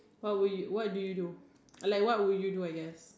what would you what do you do uh like what would you do I guess